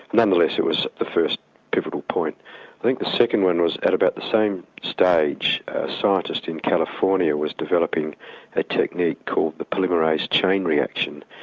nonetheless, it was the first pivotal point. i think the second one was at about the same stage, a scientist in california was developing a technique called the polymerase chain reaction,